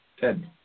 Ted